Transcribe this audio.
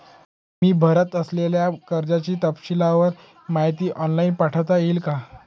मी भरत असलेल्या कर्जाची तपशीलवार माहिती ऑनलाइन पाठवता येईल का?